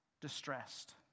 distressed